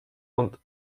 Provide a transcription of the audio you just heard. und